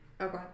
okay